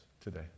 today